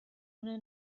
una